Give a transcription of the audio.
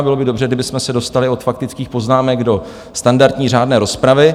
Bylo by dobře, kdybychom se dostali od faktických poznámek do standardní řádné rozpravy.